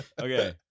Okay